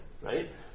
right